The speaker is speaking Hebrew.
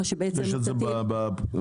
זה בחוק ההסדרים?